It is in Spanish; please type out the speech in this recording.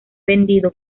vendido